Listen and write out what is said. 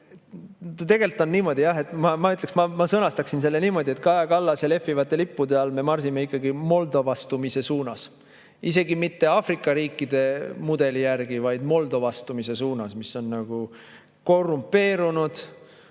on. Tegelikult ma sõnastaksin selle niimoodi, et Kaja Kallase lehvivate lippude all me marsime ikkagi moldovastumise suunas. Isegi mitte Aafrika riikide mudeli, vaid moldovastumise suunas. [See riik] on korrumpeerunud,